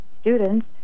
students